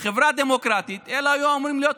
בחברה דמוקרטית אלה היו אמורות להיות